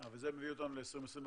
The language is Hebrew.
אבל זה מביא אותנו ל-2025.